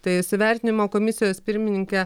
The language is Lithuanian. tai su vertinimo komisijos pirmininke